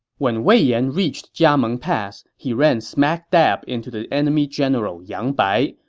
when wei yan reached jiameng pass, he ran smack dab into the enemy general yang bai,